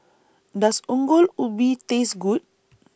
Does Ongol Ubi Taste Good